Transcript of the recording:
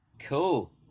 Cool